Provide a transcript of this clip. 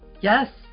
Yes